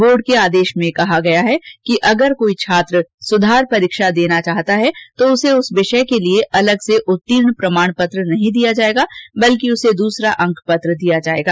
board के आदेश में कहा गया है कि अगर कोई छात्र सुधार परीक्षा देना चाहता है तो उसे उस विषय के लिए अलग से उत्तीर्ण प्रमाणपत्र नहीं दिया जाएगा बल्कि उसे दूसरा अंकपत्र दिया जाएगा